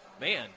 man